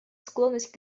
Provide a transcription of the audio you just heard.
склонность